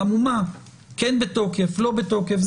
כן בתוקף, לא בתוקף.